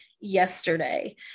yesterday